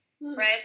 right